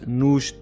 nos